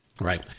Right